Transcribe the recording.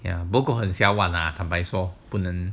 不过很小碗那坦白说不能